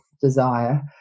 desire